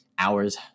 hours